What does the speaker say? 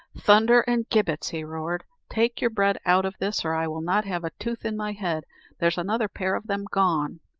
thunder and gibbets! he roared, take your bread out of this, or i will not have a tooth in my head there's another pair of them gone!